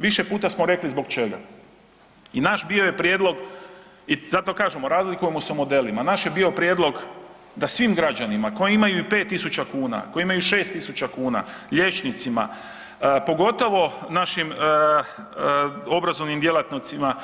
Više puta smo rekli zbog čega i naš bio je prijedlog, i zato kažem, razlikujemo se u modelima, naš je bio prijedlog da svim građanima koji imaju 5 tisuća kuna, koji imaju 6 tisuća kuna, liječnicima, pogotovo našim obrazovnim djelatnicima